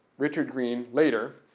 richard green later,